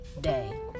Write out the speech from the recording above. day